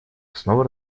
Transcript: снова